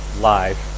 live